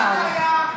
לו "חבל" ולי שנייה?